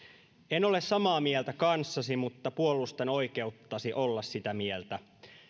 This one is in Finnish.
en ole samaa mieltä kanssasi mutta puolustan oikeuttasi olla sitä mieltä